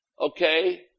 Okay